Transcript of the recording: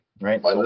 right